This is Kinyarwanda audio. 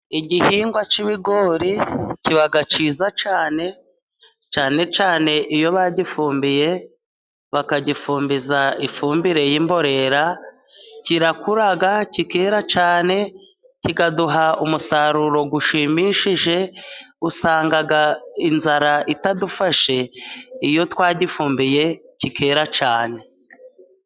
Igihingwa cy'ibigori kiba cyiza cyane Iyo bagifumbiye bakagifumbiza ifumbire y'imborera kirakura kikera cyane kikaduha umusaruro gushimishije usanga inzara itadufashe iyo twagifumbiye kikera cyane.